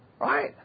Right